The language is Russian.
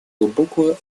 глубокую